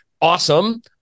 awesome